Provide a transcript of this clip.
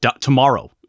tomorrow